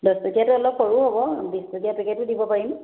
দহটকীয়াটো অলপ সৰু হ'ব বিশটকীয়া পেকেটো দিব পাৰিম